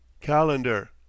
Calendar